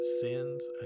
sins